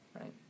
Right